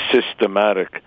systematic